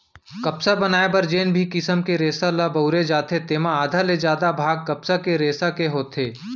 कपड़ा बनाए बर जेन भी किसम के रेसा ल बउरे जाथे तेमा आधा ले जादा भाग कपसा के रेसा के होथे